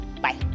Bye